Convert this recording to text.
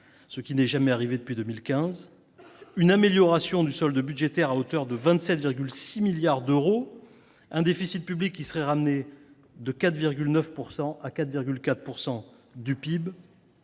ce n’est jamais arrivé depuis 2015, une amélioration du solde budgétaire à hauteur de 27,6 milliards d’euros, un déficit public qui passerait de 4,9 % à 4,4 % du PIB,